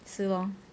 是 lor